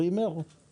סטרימר